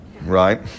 right